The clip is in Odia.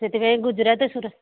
ସେଥିପାଇଁ ଗୁଜୁରାଟ ସୁରଟ